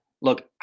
Look